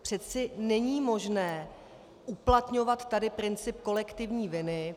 Přeci není možné uplatňovat tady princip kolektivní viny.